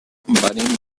venim